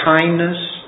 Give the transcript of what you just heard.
kindness